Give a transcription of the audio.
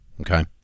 okay